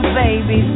baby